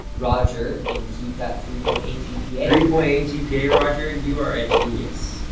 roger, and keep that three point eight gpa. three point eight gpa, roger, you are a genius,